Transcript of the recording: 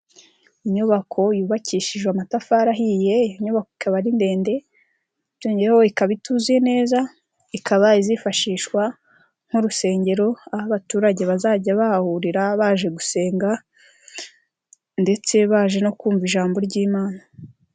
Inyubako yubakishije amatafari ahiye, iyo nyubako ikaba ari ndende, byongeyeho ikaba ituzuye neza, ikaba izifashishwa nk'urusengero, aho abaturage bazajya bahahurira baje gusenga ndetse baje no kumva ijambo ry'Imana.